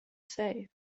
say